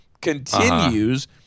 continues